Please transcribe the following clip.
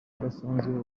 udasanzwe